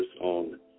on